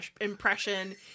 impression